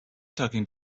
talking